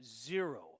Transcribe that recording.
zero